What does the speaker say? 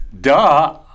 duh